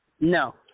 No